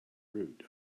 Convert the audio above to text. root